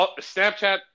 Snapchat